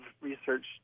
research